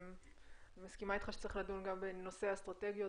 אני מסכימה איתך שצריך לדון גם בנושא האסטרטגיות,